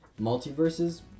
Multiverses